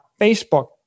Facebook